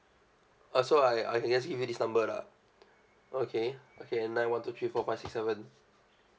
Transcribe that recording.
oh so I I can just give you this number lah okay okay nine one two three four five six seven